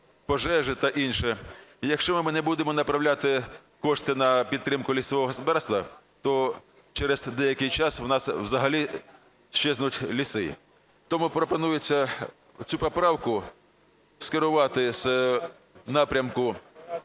пожежі та інше. Якщо ми не будемо направляти кошти на підтримку лісового господарства, то через деякий час в нас взагалі щезнуть ліси. Тому пропонується цю поправку скерувати з напрямку